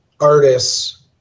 artists